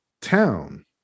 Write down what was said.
town